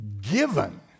given